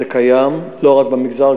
זה קיים לא רק במגזר,